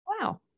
Wow